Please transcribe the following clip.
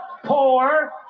Poor